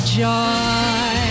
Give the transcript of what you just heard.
joy